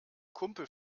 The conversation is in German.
kumpel